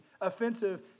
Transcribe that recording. offensive